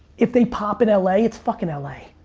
if they pop in la, it's fucking ah la.